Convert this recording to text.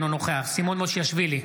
אינו נוכח סימון מושיאשוילי,